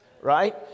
right